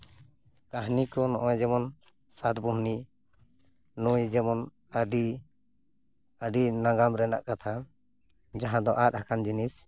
ᱠᱟᱹᱦᱱᱤ ᱠᱚ ᱱᱚᱜᱼᱚᱭ ᱡᱮᱢᱚᱱ ᱥᱟᱛ ᱵᱩᱦᱱᱤ ᱱᱩᱭ ᱡᱮᱢᱚᱱ ᱟᱹᱰᱤ ᱟᱹᱰᱤ ᱱᱟᱜᱟᱢ ᱨᱮᱱᱟᱜ ᱠᱟᱛᱷᱟ ᱡᱟᱦᱟᱸ ᱫᱚ ᱟᱫ ᱟᱠᱟᱱ ᱡᱤᱱᱤᱥ